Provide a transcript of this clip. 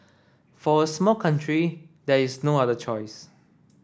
for a small country there is no other choice